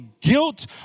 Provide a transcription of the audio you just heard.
guilt